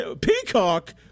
Peacock